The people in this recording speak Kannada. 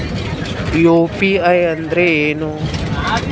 ಯು.ಪಿ.ಐ ಅಂದ್ರೆ ಏನು?